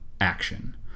action